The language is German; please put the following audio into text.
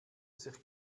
sich